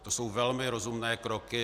To jsou velmi rozumné kroky.